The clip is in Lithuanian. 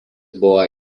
buvo